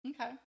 okay